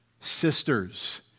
sisters